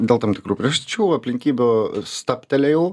dėl tam tikrų priežasčių aplinkybių stabtelėjau